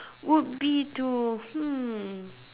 would be to hmm